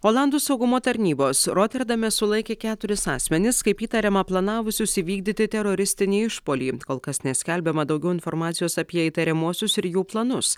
olandų saugumo tarnybos roterdame sulaikė keturis asmenis kaip įtariama planavusius įvykdyti teroristinį išpuolį kol kas neskelbiama daugiau informacijos apie įtariamuosius ir jų planus